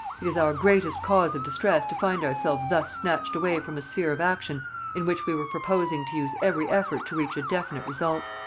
it is our greatest cause of distress to find ourselves thus snatched away from a sphere of action in which we were proposing to use every effort to reach a definite result.